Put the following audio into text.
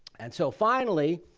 and so, finally,